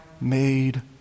made